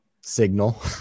signal